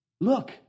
Look